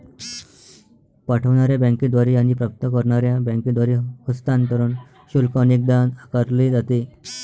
पाठवणार्या बँकेद्वारे आणि प्राप्त करणार्या बँकेद्वारे हस्तांतरण शुल्क अनेकदा आकारले जाते